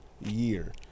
year